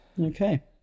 Okay